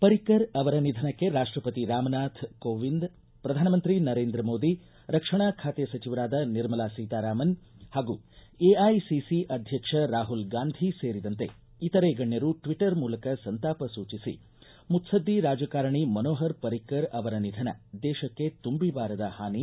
ಪರಿಕ್ಕರ್ ಅವರ ನಿಧನಕ್ಕೆ ರಾಷ್ಷಪತಿ ರಾಮನಾಥ್ ಕೋವಿಂದ್ ಪ್ರಧಾನಮಂತ್ರಿ ನರೇಂದ್ರ ಮೋದಿ ರಕ್ಷಣಾ ಖಾತೆ ಸಚಿವರಾದ ನಿರ್ಮಲಾ ಸೀತಾರಾಮನ್ ಹಾಗೂ ಎಐಸಿಸಿ ಅಧ್ಯಕ್ಷ ರಾಹುಲ್ ಗಾಂದಿ ಸೇರಿದಂತೆ ಇತರೆ ಗಣ್ಯರು ಟ್ವಟ್ಟರ್ ಮೂಲಕ ಸಂತಾಪ ಸೂಚಿಸಿ ಮುತ್ಲದ್ದಿ ರಾಜಕಾರಣಿ ಮನೋಹರ ಪರಿಕ್ಕರ್ ಅವರ ನಿಧನ ದೇಶಕ್ಕೆ ತುಂಬಿ ಬಾರದ ಹಾನಿ